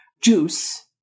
juice